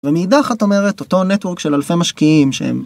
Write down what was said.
ומדחת, אומרת אותו נטוורק של אלפי משקיעים שהם